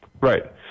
right